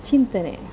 ಚಿಂತನೆ